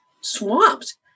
swamped